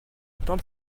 temps